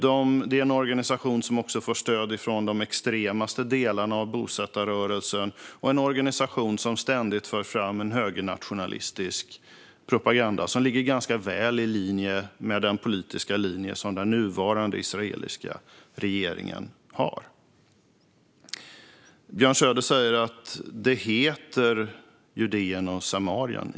Det är en organisation som också får stöd från de mest extrema delarna av bosättarrörelsen och som ständigt för fram en högernationalistisk propaganda som ligger ganska väl i linje med den politiska linje som den nuvarande israeliska regeringen har. Björn Söder säger att det heter Judeen och Samarien.